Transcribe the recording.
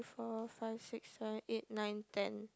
four five six seven eight nine ten